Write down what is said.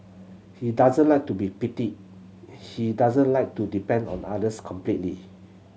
he doesn't like to be pitied he doesn't like to depend on the others completely